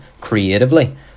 creatively